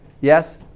Yes